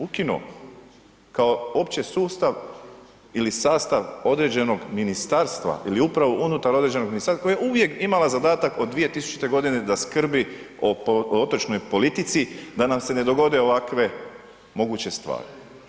Ukinuo kao opće sustav ili sastav određenog ministarstva ili upravo unutar određenog ministarstva koje je uvijek imala zadatak od 2000. g. da skrbi o otočnoj politici da nam se ne dogode ovakve moguće stvari.